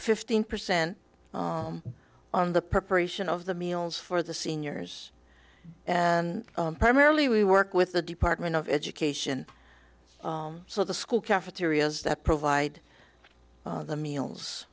fifteen percent on the preparation of the meals for the seniors and primarily we work with the department of education so the school cafeterias that provide the meals